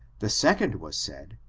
the second was said,